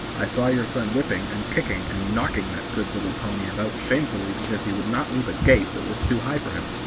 i saw your son whipping, and kicking, and knocking that good little pony about shamefully because he would not leap a gate that was too high for him.